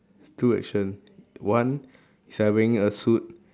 two action one is having a suit